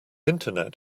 internet